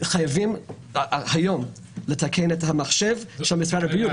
חייבים לתקן היום את המחשב של משרד הבריאות.